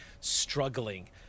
struggling